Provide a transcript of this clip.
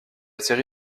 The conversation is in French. série